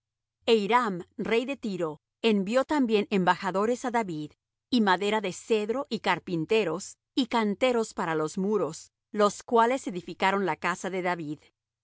e hiram rey de tiro envió también embajadores á david y madera de cedro y carpinteros y canteros para los muros los cuales edificaron la casa de david